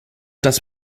dass